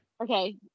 Okay